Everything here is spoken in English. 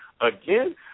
again